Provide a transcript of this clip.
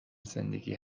زندگی